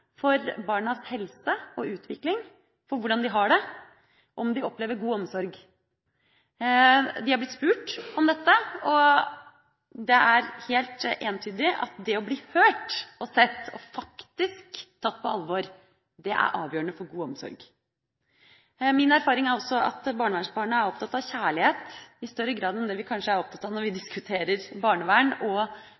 for barnas helse og utvikling, for hvordan de har det, og for om de opplever god omsorg. De har blitt spurt om dette, og det er helt entydig at det å bli hørt og sett og faktisk tatt på alvor er avgjørende for god omsorg. Min erfaring er også at barnevernsbarna er opptatt av kjærlighet, i større grad enn det vi kanskje er opptatt av når vi